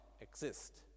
exist